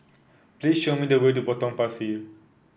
please show me the way to Potong Pasir